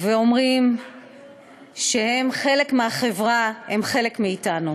ואומרים שהם חלק מהחברה, הם חלק מאתנו.